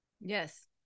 Yes